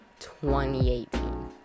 2018